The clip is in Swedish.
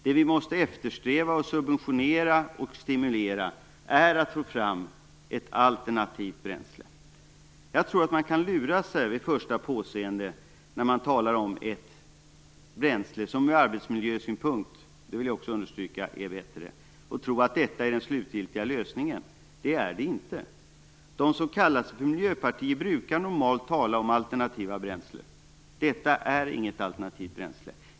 Det vi måste eftersträva, subventionera och stimulera är att få fram ett alternativt bränsle. Jag tror att man i förstone kan lura sig när man talar om ett bränsle som är bättre ur arbetsmiljösynpunkt - det vill jag också understryka - och tro att detta är den slutgiltiga lösningen. Det är det inte. De som kallar sig för miljöparti brukar normalt tala om alternativa bränslen. Detta är inget alternativt bränsle.